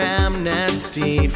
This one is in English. amnesty